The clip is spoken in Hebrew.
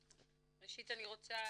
ראשית אני רוצה